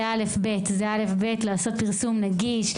זה א'-ב' לעשות פרסום נגיש,